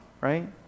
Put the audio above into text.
right